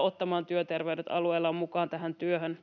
ottamaan työterveydet alueellaan mukaan tähän työhön.